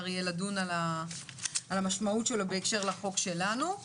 יהיה לדון במשמעות שלו בהקשר לחוק שלנו.